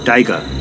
Tiger